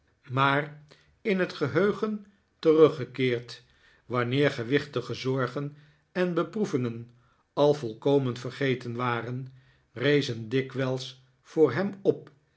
maar in het geheugeh teruggekeerd wanneer gewichtige zorgen en beproevingen al volkomen vergeten waren rezen dikwijls voor hem op